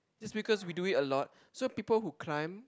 just because we do it a lot so people who climb